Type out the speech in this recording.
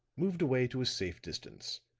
moved away to a safe distance,